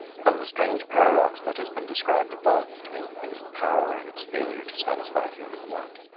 from the strange paradox that has been described above between human power and its failure to satisfy human want.